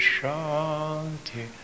Shanti